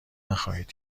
نخواهید